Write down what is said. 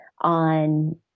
on